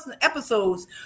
episodes